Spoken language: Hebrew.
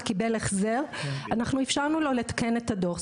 קיבל החזר אנחנו אפשרנו לו לתקן את הדו"ח.